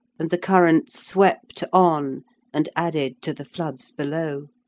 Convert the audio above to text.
and the current swept on and added to the floods below.